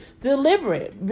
deliberate